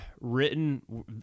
written